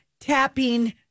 tapping